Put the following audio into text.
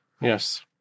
Yes